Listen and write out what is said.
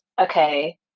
okay